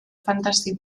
fantasy